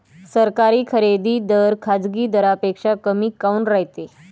सरकारी खरेदी दर खाजगी दरापेक्षा कमी काऊन रायते?